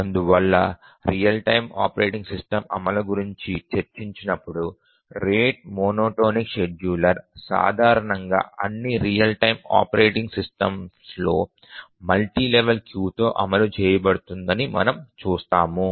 అందువల్ల real time operating system అమలు గురించి చర్చించబడినప్పుడు రేటు మోనోటోనిక్ షెడ్యూలర్ సాధారణంగా అన్ని రియల్ టైమ్ ఆపరేటింగ్ సిస్టమ్స్లో మల్టీ లెవెల్ క్యూతో అమలు చేయబడుతుందని మనము చూస్తాము